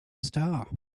star